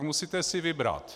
Musíte si vybrat.